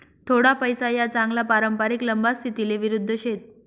थोडा पैसा या चांगला पारंपरिक लंबा स्थितीले विरुध्द शेत